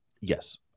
Yes